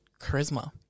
charisma